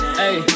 hey